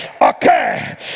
Okay